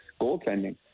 goaltending